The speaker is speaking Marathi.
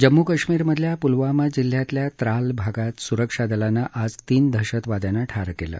जम्मू कश्मीरमधल्या पुलवामा जिल्ह्यातल्या त्राल भागात सुरक्षा दलानं आज तीन दहशतवाद्यांना ठार केलं